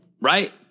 Right